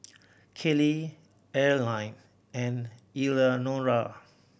Kellie Arline and Eleanora